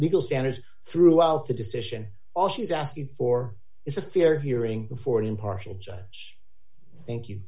legal standards throughout the decision all she is asking for is a fair hearing before an impartial judge thank you